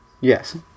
Yes